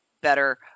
better